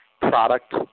product